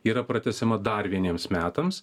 yra pratęsiama dar vieniems metams